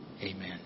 Amen